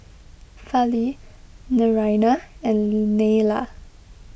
Fali Naraina and Neila